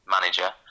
Manager